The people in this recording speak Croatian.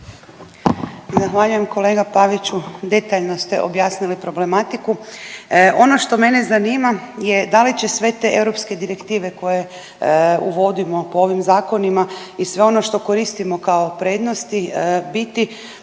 Zahvaljujem kolega Paviću. Detaljno ste objasnili problematiku. Ono što mene zanima je da li će sve te europske direktive koje uvodimo po ovim zakonima i sve ono što koristimo kao prednosti biti